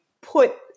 put